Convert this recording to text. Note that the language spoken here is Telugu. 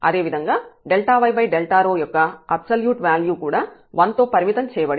అదేవిధంగా y యొక్క అబ్సల్యూట్ వ్యాల్యూ కూడా 1 తో పరిమితం చేయబడింది